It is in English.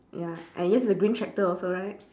ya and yours is a green tractor also right